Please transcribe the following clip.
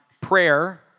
Prayer